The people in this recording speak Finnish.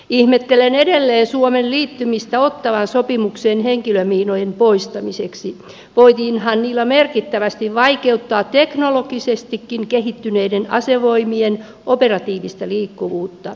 ihmettelen edelleen suomen liittymistä ottawan sopimukseen henkilömiinojen poistamiseksi voitiinhan niillä merkittävästi vaikeuttaa teknologisestikin kehittyneiden asevoimien operatiivista liikkuvuutta